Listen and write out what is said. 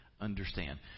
Understand